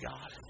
God